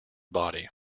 body